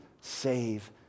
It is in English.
save